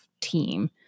team